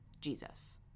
Jesus